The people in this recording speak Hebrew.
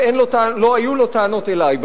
ולא היו לו טענות אלי,